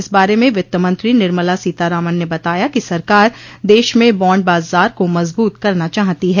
इस बारे में वित्तमंत्री निर्मला सीतारामन न बताया कि सरकार देश में बॉण्ड बाजार को मजबूत करना चाहती है